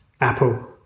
apple